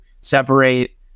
separate